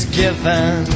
given